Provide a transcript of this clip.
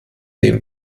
dem